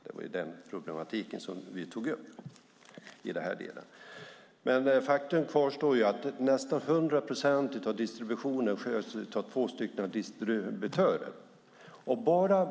Det är den problematiken som vi tog upp i den delen. Faktum kvarstår att nästan 100 procent av distributionen sköts av två distributörer.